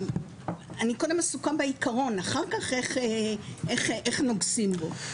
אני קודם עסוקה בעיקרון, אחר כך איך נוגסים בו.